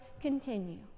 continue